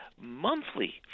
monthly